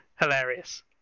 hilarious